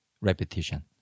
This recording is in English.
repetition